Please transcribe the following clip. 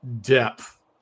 depth